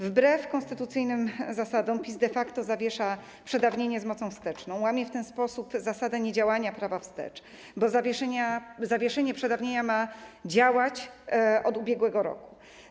Wbrew konstytucyjnym zasadom PiS de facto zawiesza przedawnienie z mocą wsteczną, łamiąc w ten sposób zasadę niedziałania prawa wstecz, bo zawieszenie przedawnienia ma działać od ubiegłego roku.